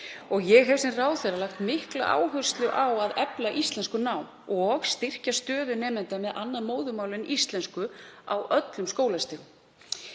Ég hef sem ráðherra lagt mikla áherslu á að efla íslenskunám og styrkja stöðu nemenda með annað móðurmál en íslensku á öllum skólastigum.